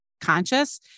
conscious